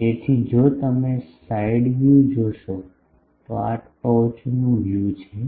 તેથી જો તમે સાઈડ વ્યૂ જોશો તો આ ટોચનું વ્યુ છે